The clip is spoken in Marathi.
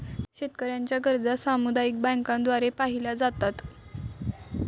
शेतकऱ्यांच्या गरजा सामुदायिक बँकांद्वारे पाहिल्या जातात